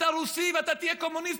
אתה רוסי ואתה תהיה קומוניסט,